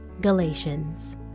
Galatians